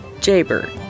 Jaybird